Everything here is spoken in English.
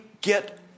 get